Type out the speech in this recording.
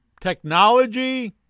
technology